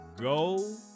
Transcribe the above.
go